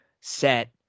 set